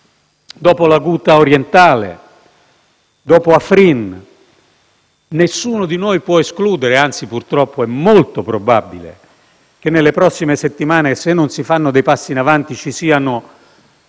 dopo la Ghouta orientale, dopo Afrin, nessuno di noi può escludere (anzi, purtroppo, è molto probabile) che nelle prossime settimane, se non si faranno dei passi in avanti, ci siano